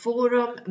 Forum